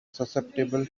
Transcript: susceptible